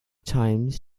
times